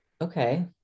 okay